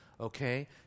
okay